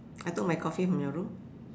I took my coffee from your room